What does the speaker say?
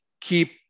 keep